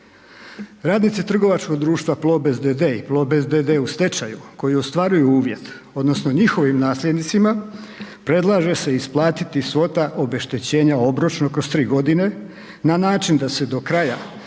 Radnici trgovačkog društva Plobest d.d. i Plobest d.d. u stečaju koji ostvaruju uvjet, odnosno njihovim nasljednicima, predlaže se isplatiti svota obeštećenja obročno kroz 3 godine na način da se do kraja